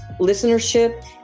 listenership